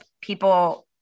people